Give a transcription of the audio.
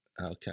Okay